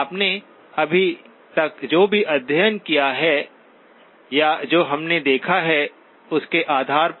आपने अभी तक जो भी अध्ययन किया है या जो हमने देखा है उसके आधार पर